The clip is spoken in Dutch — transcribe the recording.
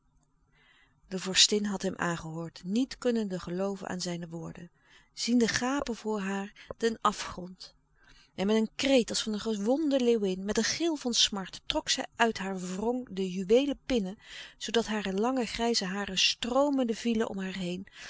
de vorstin had hem aangehoord niet kunnende gelooven aan zijne woorden ziende gapen voor haar den afgrond en met een kreet als van een gewonde leeuwin met een gil van smart trok zij uit haar wrong de juweelen pinnen zoodat hare lange grijze haren stroomende vielen om haar heen